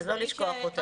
אם כן, לא לשכוח אותם.